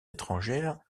étrangères